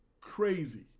crazy